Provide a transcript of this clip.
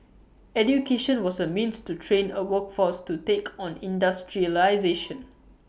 education was A means to train A workforce to take on industrialisation